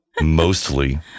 Mostly